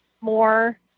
more